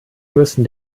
müssen